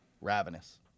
Ravenous